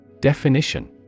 Definition